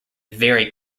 very